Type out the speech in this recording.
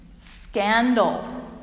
scandal